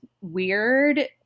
weird